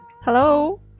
Hello